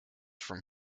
from